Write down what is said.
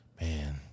man